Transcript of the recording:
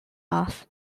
off